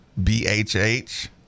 BHH